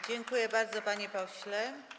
Dziękuję bardzo, panie pośle.